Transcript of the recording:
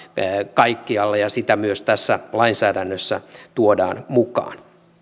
kaikkialla ja sitä myös tässä lainsäädännössä tuodaan mukaan